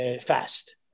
fast